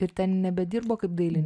ir ten nebedirbo kaip daili